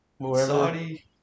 Saudi